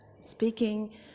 speaking